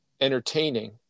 entertaining